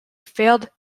failed